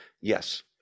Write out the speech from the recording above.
Yes